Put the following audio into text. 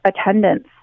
attendance